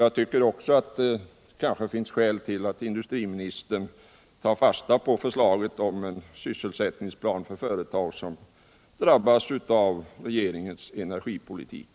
Jag tycker också att det finns skäl för industriministern att ta fasta på förslaget om upprättande av en sysselsättningsplan för företag som drabbas negativt av regeringens energipolitik.